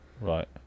Right